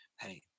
hey